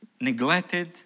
neglected